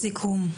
משפט סיכום,